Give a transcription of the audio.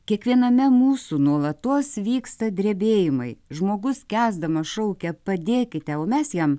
kiekviename mūsų nuolatos vyksta drebėjimai žmogus skęsdamas šaukia padėkite o mes jam